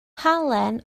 halen